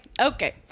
Okay